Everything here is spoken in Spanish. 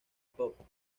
pop